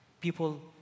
People